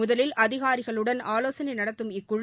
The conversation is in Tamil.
முதலில் அதிகாரிகளுடன் ஆலோசனை நடத்தும் இக்குழு